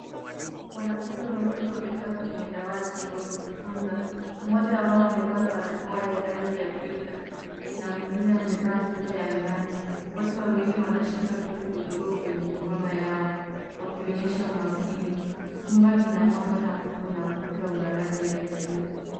Wanafunzi wawili wamekaa kwenye dawati wakijifunza. Mmoja wao amevaa barakoa ya rangi ya pink na mwingine amevaa sweta ya njano. Wote wawili wanashika vitu vidogo kwenye mikono yao wakionyesha umakini. Chumba kina mwanga hafifu na ukuta una rangi ya kijivu.